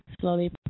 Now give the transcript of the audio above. slowly